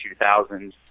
2000s